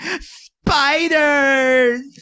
spiders